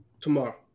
Tomorrow